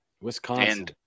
Wisconsin